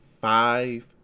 five